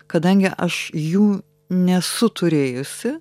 kadangi aš jų nesu turėjusi